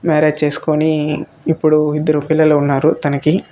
marriage చేసుకుని ఇప్పుడు ఇద్దరు పిల్లలు ఉన్నారు తనకి